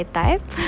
type